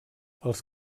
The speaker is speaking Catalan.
els